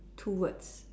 two words